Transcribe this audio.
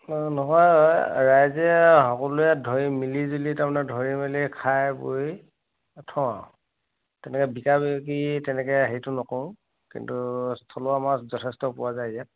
অঁ নহয় ৰাইজে সকলোৱো ধৰি মিলি জুলি তাৰমানে ধৰি মেলি খাই বৈ থওঁ তেনেকে বিকা বিকি তেনেকে হেৰিটো নকৰোঁ কিন্তু থলুৱা মাছ যথেষ্ট পোৱা যায় ইয়াত